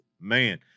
Man